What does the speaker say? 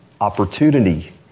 opportunity